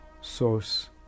source